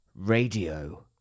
radio